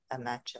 imagine